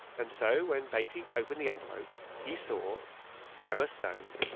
and so when beatty opened the envelope, he saw emma stone,